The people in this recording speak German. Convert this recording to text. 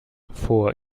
vor